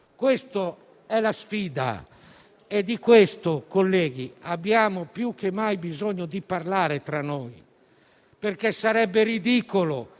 Questa è la sfida e di ciò, colleghi, abbiamo più che mai bisogno di parlare tra noi. Sarebbe ridicolo